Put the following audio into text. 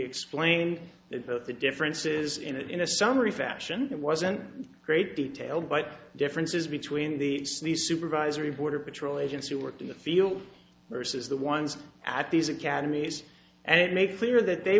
explained that both the differences in a summary fashion and wasn't great detail but differences between the supervisory border patrol agents who worked in the field versus the ones at these academies and it made clear that they